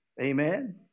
Amen